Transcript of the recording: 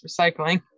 Recycling